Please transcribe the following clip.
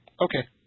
Okay